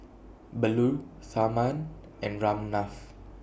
Bellur Tharman and Ramnath